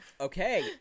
okay